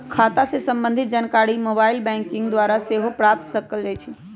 खता से संबंधित जानकारी मोबाइल बैंकिंग द्वारा सेहो प्राप्त कएल जा सकइ छै